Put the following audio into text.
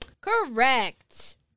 Correct